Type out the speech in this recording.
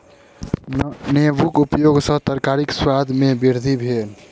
नेबोक उपयग सॅ तरकारीक स्वाद में वृद्धि भेल